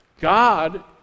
God